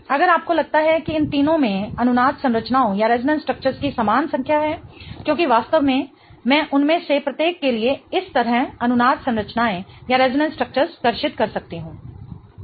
अगर आपको लगता है कि इन तीनों में अनुनाद संरचनाओं की समान संख्या है क्योंकि वास्तव में मैं उनमें से प्रत्येक के लिए इस तरह अनुनाद संरचनाएं कर्षित कर सकती हूं ठीक है